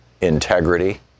integrity